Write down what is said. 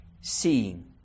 seeing